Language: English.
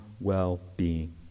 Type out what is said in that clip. well-being